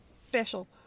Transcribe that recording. special